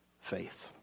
faith